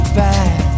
back